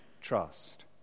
trust